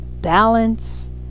balance